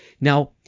Now